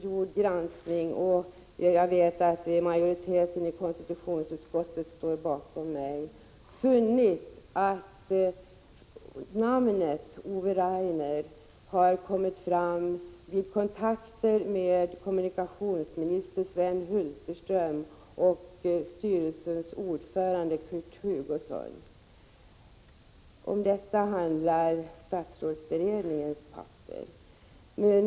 Herr talman! Jag har efter gjord granskning — och majoriteten i konstitutionsutskottet står bakom mig — funnit att namnet Ove Rainer har kommit fram vid kontakter med kommunikationsminister Sven Hulterström och 87 styrelsens ordförande Kurt Hugosson. Om detta handlar statsrådsberedningens skrivelse.